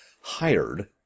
hired